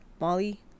Molly